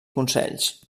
consells